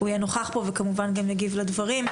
הוא יהיה נוכח פה ויגיב לדברים.